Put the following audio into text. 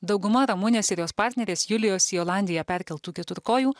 dauguma ramunės ir jos partnerės julijos į olandiją perkeltų keturkojų